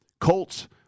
Colts